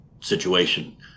situation